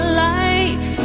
life